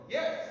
Yes